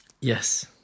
yes